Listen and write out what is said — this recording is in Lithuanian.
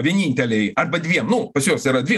vienintelei arba dviem nu pas juos yra dvi